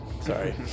Sorry